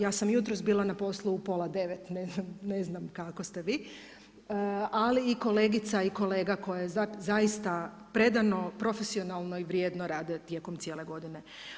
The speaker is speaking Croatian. Ja sam jutros bila na poslu u pola 9, ne znam kako ste vi ali i kolegica i kolega koje zaista predano, profesionalno i vrijedno rade tijekom cijele godine.